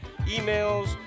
emails